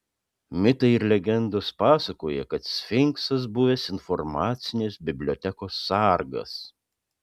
mitai ir legendos pasakoja kad sfinksas buvęs informacinės bibliotekos sargas